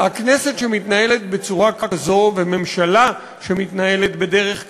כנסת שמתנהלת בצורה כזו, וממשלה שמתנהלת בדרך כזו,